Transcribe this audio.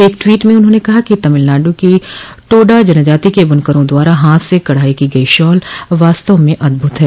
एक टवीट में उन्होंने कहा कि तमिलनाडु की टोडा जनजाति के बुनकरों द्वारा हाथ से कढ़ाई की गई शॉल वास्तव में अद्भुत है